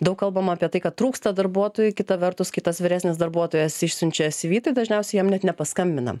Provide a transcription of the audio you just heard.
daug kalbama apie tai kad trūksta darbuotojų kita vertus kai tas vyresnis darbuotojas išsiunčia syvy tai dažniausiai jam net nepaskambina